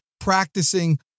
practicing